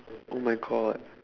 oh my god